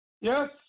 Yes